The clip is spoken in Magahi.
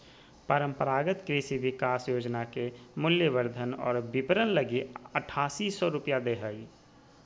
परम्परागत कृषि विकास योजना के मूल्यवर्धन और विपरण लगी आठासी सौ रूपया दे हइ